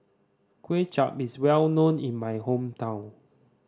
Kway Chap is well known in my hometown